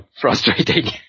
frustrating